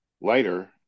later